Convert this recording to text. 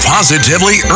Positively